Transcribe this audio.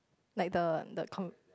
like the the con~